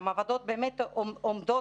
והמעבדות באמת עומדות,